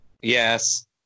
Yes